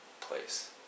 place